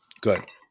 good